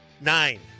nine